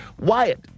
Wyatt